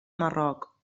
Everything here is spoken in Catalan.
marroc